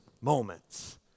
moments